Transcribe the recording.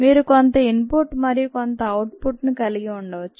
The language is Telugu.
మీరు కొంత ఇన్ పుట్ మరియు కొంత అవుట్ పుట్ ని కలిగి ఉండవచ్చు